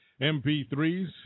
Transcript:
MP3s